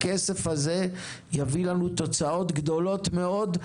הכסף הזה יביא לנו תוצאות גדולות מאוד,